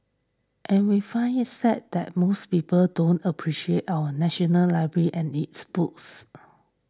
and we find it sad that most people don't appreciate our national library and its books